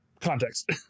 context